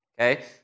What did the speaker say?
Okay